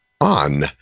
on